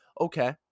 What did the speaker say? Okay